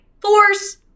force